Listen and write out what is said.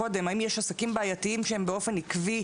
גם עסקים שהם בעייתיים באופן עקבי?